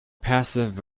passive